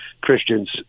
Christians